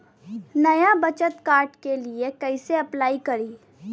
नया बचत कार्ड के लिए कइसे अपलाई करी?